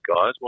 guys